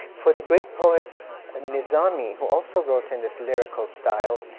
for the great poet ah nizami, who also wrote in this lyrical style,